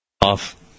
Off